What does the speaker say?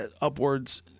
upwards